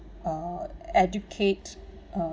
uh educate uh